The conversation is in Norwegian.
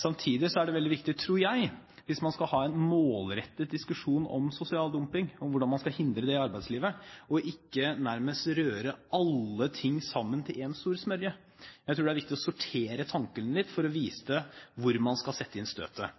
Samtidig er det veldig viktig, tror jeg, hvis man skal ha en målrettet diskusjon om sosial dumping, og hvordan man skal hindre det i arbeidslivet, å ikke nærmest røre alle ting sammen til én stor smørje. Jeg tror det er viktig å sortere tankene litt for å vite hvor man skal sette inn støtet.